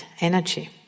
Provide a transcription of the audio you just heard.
energy